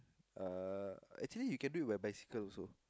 uh actually you can do it where bicycle also